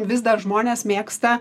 vis dar žmonės mėgsta